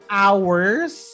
hours